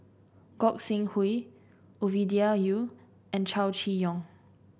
Gog Sing Hooi Ovidia Yu and Chow Chee Yong